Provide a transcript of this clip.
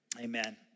Amen